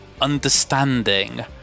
understanding